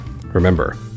Remember